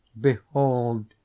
Behold